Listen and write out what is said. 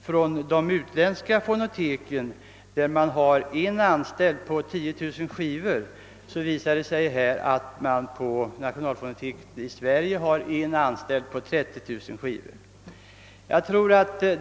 I utländska fonotek har man en anställd på 10000 skivor, medan vi på nationalfonoteket i Sverige har en anställd på 30 000 skivor.